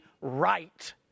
right